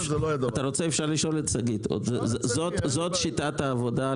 זאת ההנמקה שלכם להסתייגויות לסעיף 17?